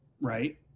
right